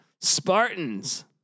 Spartans